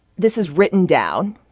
this is written down,